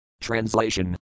Translation